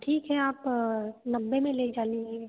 ठीक है आप नब्बे में ले जा लिए